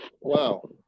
Wow